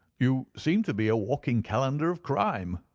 you seem to be a walking calendar of crime,